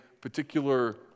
particular